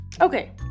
Okay